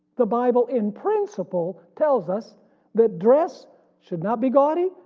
the bible in principle tells us that dress should not be gaudy,